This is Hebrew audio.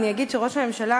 אני אגיד שראש הממשלה,